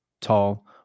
Tall